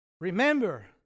Remember